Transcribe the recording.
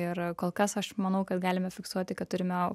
ir kol kas aš manau kad galime fiksuoti kad turime